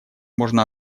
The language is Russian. можно